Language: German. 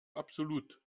absolut